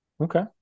okay